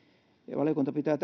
valiokunta pitää